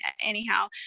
anyhow